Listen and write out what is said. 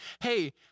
hey